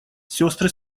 сестры